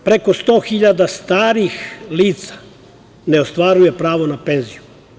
Preko 100.000 starih lica ne ostvaruje pravo na penziju.